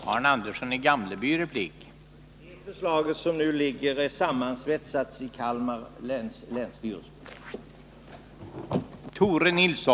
Herr talman! Det förslag som nu föreligger är sammansvetsat i Kalmar läns länsstyrelse.